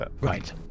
Right